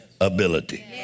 ability